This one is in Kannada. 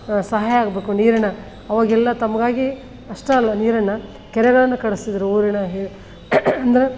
ಸಹಾಯ ಆಗಬೇಕು ನೀರಿನ ಅವಾಗೆಲ್ಲ ತಮಗಾಗಿ ಅಷ್ಟೇ ಅಲ್ಲ ನೀರಿನ ಕೆರೆಗಳನ್ನು ಕಟ್ಸಿತ್ತಿದ್ದರು ಊರಿನ ಹಿ ಅಂದ್ರೆ